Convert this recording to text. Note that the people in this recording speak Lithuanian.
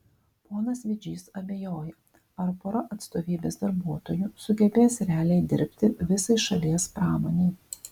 ponas vidžys abejoja ar pora atstovybės darbuotojų sugebės realiai dirbti visai šalies pramonei